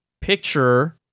picture